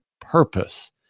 purpose